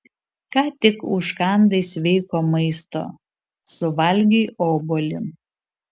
ką tik užkandai sveiko maisto suvalgei obuolį